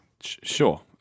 Sure